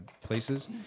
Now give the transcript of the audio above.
places